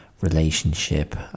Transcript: relationship